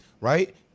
right